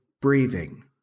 breathing